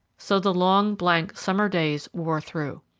so the long, blank, summer days wore through.